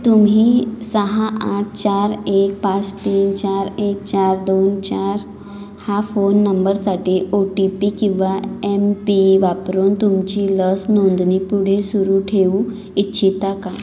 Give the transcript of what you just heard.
तुम्ही सहा आठ चार एक पाच तीन चार एक चार दोन चार हा फोन नंबरसाठी ओ टी पी किंवा एमपीई वापरून तुमची लस नोंदणी पुढे सुरू ठेवू इच्छिता का